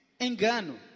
Engano